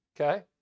Okay